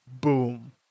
Boom